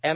M